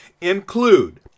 include